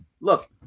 Look